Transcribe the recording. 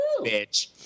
bitch